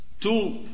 two